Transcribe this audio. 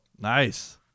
nice